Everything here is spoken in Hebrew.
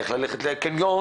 איך ללכת לקניות